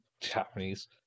Japanese